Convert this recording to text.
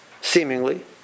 seemingly